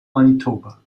manitoba